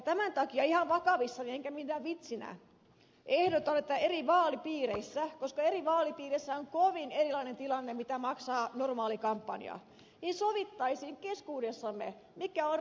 tämän takia ihan vakavissani enkä minään vitsinä ehdotan että eri vaalipiireissä koska eri vaalipiireissä on kovin erilainen tilanne mitä maksaa normaali kampanja sovittaisiin keskuudessamme mikä on reilu kampanjakatto ja tehdään se avoimesti